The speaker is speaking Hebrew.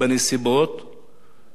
זה שסוריה היום עסוקה